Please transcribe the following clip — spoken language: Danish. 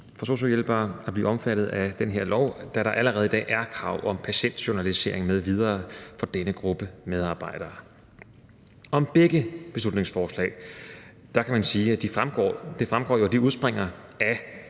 for sosu-hjælpere at blive omfattet af den her lov, da der allerede i dag er krav om patientjournalisering m.v. for denne gruppe medarbejdere. Om begge beslutningsforslag kan man sige, at det jo fremgår, at de udspringer af,